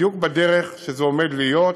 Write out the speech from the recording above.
בדיוק בדרך שבה זה עומד להיות,